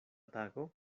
tago